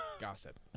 Gossip